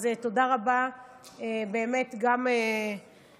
אז תודה רבה באמת גם לאופיר,